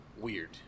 weird